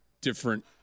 different